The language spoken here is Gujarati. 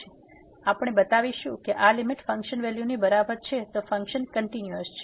તેથી આપણે બતાવીશું કે આ લીમીટ ફંક્શન વેલ્યુ બરાબર છે તો ફંક્શન કંટીન્યુઅસ છે